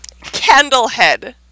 Candlehead